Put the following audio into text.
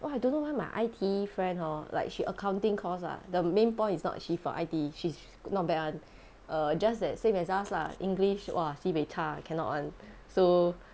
!wah! I don't know why my I_T_E friend hor like she accounting course ah the main point is not she from I_T_E she's not bad [one] err just that same as us lah english !wah! sibeh 差 cannot [one] so